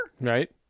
right